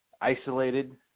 isolated